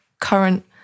current